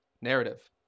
narrative